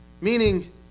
Meaning